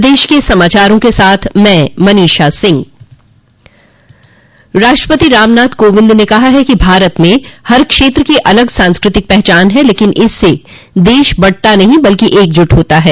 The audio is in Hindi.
राष्ट्रपति रामनाथ कोविंद ने कहा है कि भारत में हर क्षेत्र की अलग सांस्कृतिक पहचान है लेकिन इससे देश बंटता नहीं बल्कि एकजुट होता है